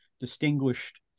distinguished